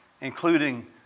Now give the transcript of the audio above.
including